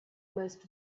most